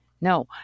no